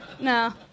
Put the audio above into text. no